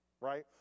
right